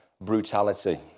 brutality